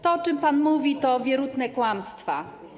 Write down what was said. To, o czym pan mówi, to wierutne kłamstwa.